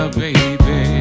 baby